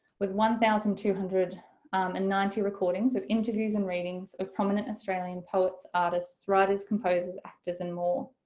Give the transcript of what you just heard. with one thousand two hundred and ninety recordings of interviews and readings of prominent australian poets, artists, writers, composers, actors and more.